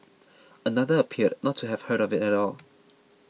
another appeared not to have heard of it at all